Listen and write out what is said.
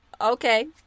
okay